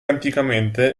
anticamente